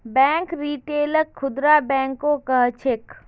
bank रिटेलक खुदरा बैंको कह छेक